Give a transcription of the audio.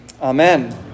Amen